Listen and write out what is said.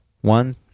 one